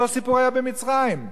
אותו סיפור היה במצרים.